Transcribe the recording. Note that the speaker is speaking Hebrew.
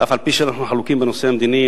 ואף-על-פי שאנחנו חלוקים בנושא המדיני,